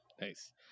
Nice